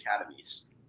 academies